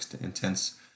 intense